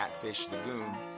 CATFISHTHEGOON